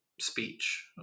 speech